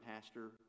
pastor